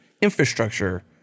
infrastructure